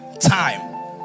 time